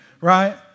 right